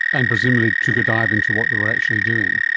and presumably took a dive into what they were actually doing.